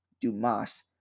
Dumas